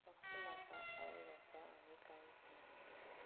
फक्त म्हाका आवड आसा आनी कांयच ना